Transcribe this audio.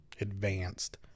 advanced